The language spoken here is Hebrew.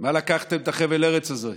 מה לקחתם את חבל הארץ הזה?